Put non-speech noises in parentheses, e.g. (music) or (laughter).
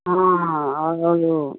हाँ हाँ (unintelligible)